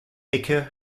ecke